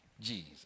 Jesus